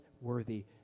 worthy